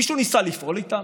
מישהו ניסה לפעול איתם?